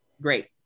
great